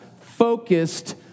focused